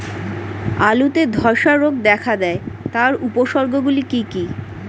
আলুতে ধ্বসা রোগ দেখা দেয় তার উপসর্গগুলি কি কি?